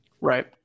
Right